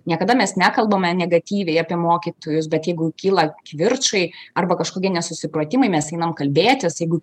niekada mes nekalbame negatyviai apie mokytojus bet jeigu kyla kivirčai arba kažkokie nesusipratimai mes einam kalbėtis jeigu